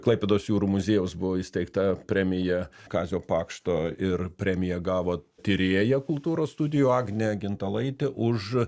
klaipėdos jūrų muziejaus buvo įsteigta premija kazio pakšto ir premiją gavo tyrėja kultūros studijų agnė gintalaitė už